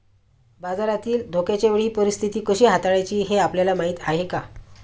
बाजारातील धोक्याच्या वेळी परीस्थिती कशी हाताळायची हे आपल्याला माहीत आहे का?